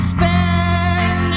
Spend